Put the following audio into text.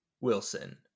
Wilson